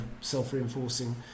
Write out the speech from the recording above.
self-reinforcing